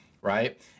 right